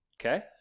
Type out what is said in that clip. okay